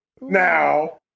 Now